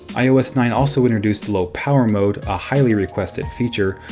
ios nine also introduced low power mode, a highly requested feature,